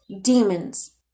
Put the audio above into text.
demons